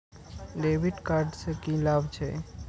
डेविट कार्ड से की लाभ छै?